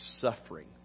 suffering